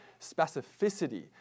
specificity